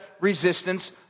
resistance